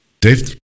Dave